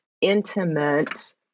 intimate